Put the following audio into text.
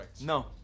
No